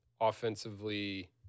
offensively